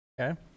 okay